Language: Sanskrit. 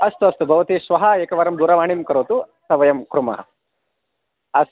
अस्तु अस्तु भवति श्वः एकवारं दूरवाणीं करोतु तत् वयं कुर्मः अस्तु